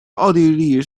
奥地利